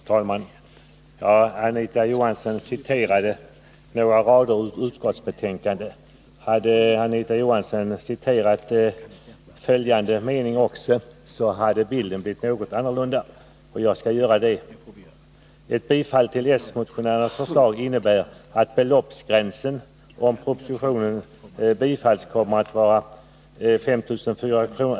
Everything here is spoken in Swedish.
Herr talman! Anita Johansson citerade några rader ur utskottsbetänkandet. Hade hon citerat också följande mening hade bilden blivit en något annan: ”Ett bifall till s-motionärernas förslag innebär att beloppsgränsen — om propositionen bifalls — kommer att vara 5 400 kr.